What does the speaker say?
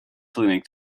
clinic